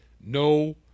No